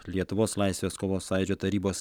lietuvos laisvės kovos sąjūdžio tarybos